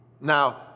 Now